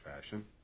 fashion